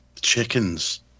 Chickens